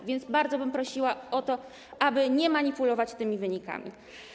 A więc bardzo bym prosiła o to, aby nie manipulować tymi wynikami.